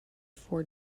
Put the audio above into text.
four